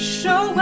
show